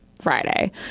Friday